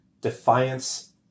defiance